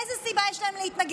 איזו סיבה יש להם להתנגד?